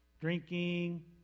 Drinking